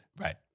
Right